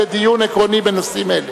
לדיון עקרוני בנושאים אלה.